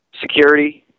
security –